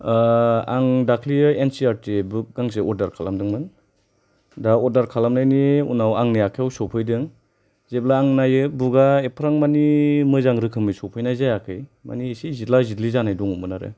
आं दाख्लैहाय N C R T book गांसे अर्डार खालामदोंमोन दा अर्डार खालामनायनि उनाव आंनि आखायाव सफैदों जेब्ला आं नायो बुक आ एफाराब माने मोजां रोखोमनि सफैनाय जायाखै माने एसे जिला जिलि जानाय दंङमोन आरो